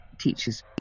teachers